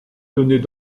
tenait